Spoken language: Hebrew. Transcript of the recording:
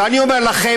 ואני אומר לכם,